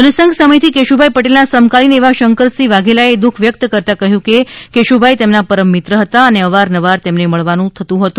જનસંઘ સમય થી કેશુભાઈ પટેલ ના સમકાલીન એવા શંકરસિંહ વાઘેલા એ દૂખ વ્યક્ત કરતાં કહ્યું છે કે કેશુભાઈ તેમના પરમ મિત્ર હતા અને અવાર નવાર તેમને મળવા જવાનું થતું હતું